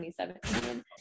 2017